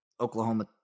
Oklahoma